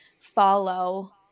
follow